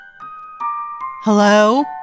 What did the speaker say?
Hello